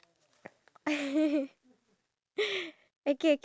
oh ya and my performance as well